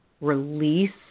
release